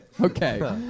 Okay